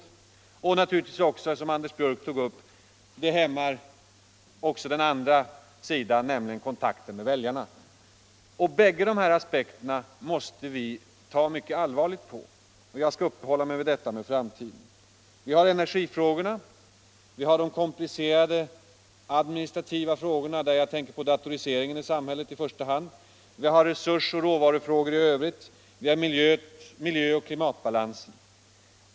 Det hämmar naturligtvis, som herr Björck i Nässjö sade, också den andra sidan, nämligen kontakten med väljarna. Båda dessa aspekter måste vi ta mycket allvarligt på, och jag skall primärt uppehålla mig vid detta med framtiden. Vi har energifrågorna, och vi har de komplicerade administrativa frågorna, där jag i första hand tänker på datoriseringen i samhället. Vi har resursoch råvarufrågor i övrigt, och vi har miljön och klimatbalansen.